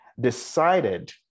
decided